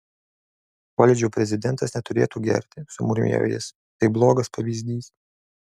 koledžo prezidentas neturėtų gerti sumurmėjo jis tai blogas pavyzdys